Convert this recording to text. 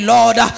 Lord